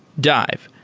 dive.